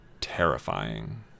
terrifying